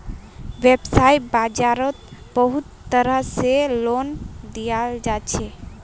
वैव्साय बाजारोत बहुत तरह से लोन दियाल जाछे